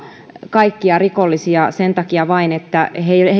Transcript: kaikkia rikollisia vain sen takia että heillä ei ole